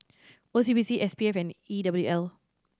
O C B C S P F and E W L